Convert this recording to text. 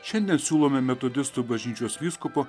šiandien siūlome metodistų bažnyčios vyskupo